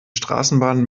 straßenbahn